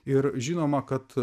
ir žinoma kad